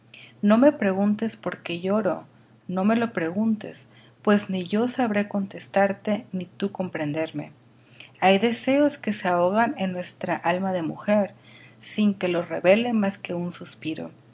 no me preguntes por qué lloro no me lo preguntes pues ni yo sabré contestarte ni tú comprenderme hay deseos que se ahogan en nuestra alma de mujer sin que los revele más que un suspiro